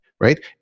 right